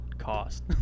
cost